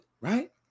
Right